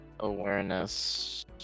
Awareness